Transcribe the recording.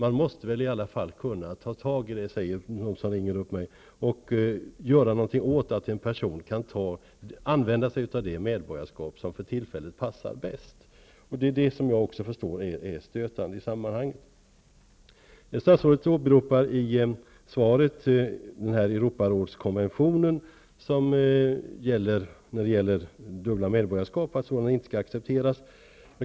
De som ringer upp mig säger att man väl måste kunna tag i detta och göra något åt att en person kan använda sig av det medborgarskap som för tillfället passar bäst. Statsrådet åberopar i svaret den Europarådskonvention som handlar om att dubbla medborgarskap inte skall accepteras.